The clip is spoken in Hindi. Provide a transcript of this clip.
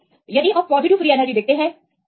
इसलिए यदि आप पॉजिटिव फ्री एनर्जी देखते हैं